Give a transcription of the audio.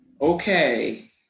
Okay